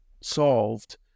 solved